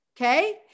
Okay